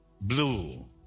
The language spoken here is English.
Blue